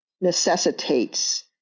necessitates